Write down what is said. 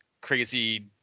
crazy